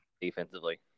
defensively